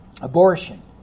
abortion